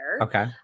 Okay